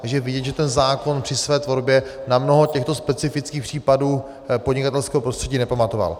Takže je vidět, že ten zákon při své tvorbě na mnoho těchto specifických případů podnikatelského prostředí nepamatoval.